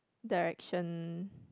direction